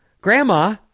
Grandma